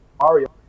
Mario